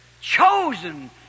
chosen